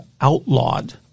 outlawed